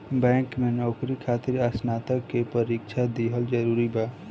Bank में नौकरी खातिर स्नातक के परीक्षा दिहल जरूरी बा?